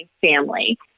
family